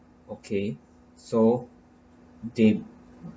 okay so they